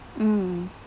mm